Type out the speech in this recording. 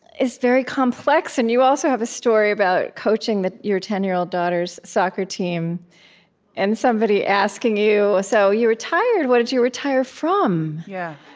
is very complex. and you also have a story about coaching your ten-year-old daughter's soccer team and somebody asking you, so you retired what did you retire from? yeah